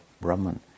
Brahman